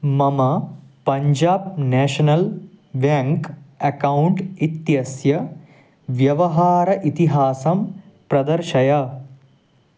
मम Punjab national bank account इत्यस्य व्यवहार इतिहासं प्रदर्शय